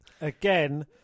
Again